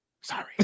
Sorry